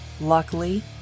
Luckily